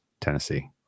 Tennessee